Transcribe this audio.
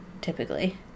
typically